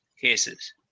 cases